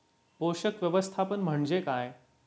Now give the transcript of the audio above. पोषक व्यवस्थापन म्हणजे काय?